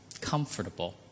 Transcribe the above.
comfortable